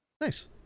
Nice